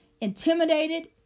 intimidated